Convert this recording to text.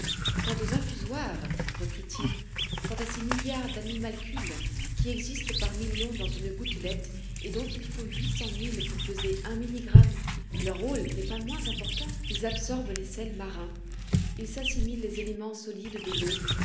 quant aux infusoires reprit-il quant à ces milliards d'animalcules qui existent par millions dans une gouttelette et dont il faut huit cent mille pour peser un milligramme leur rôle n'est pas moins important ils absorbent les sels marins ils s'assimilent les éléments solides de l'eau